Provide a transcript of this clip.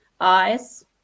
eyes